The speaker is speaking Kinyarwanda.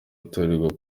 atorerwa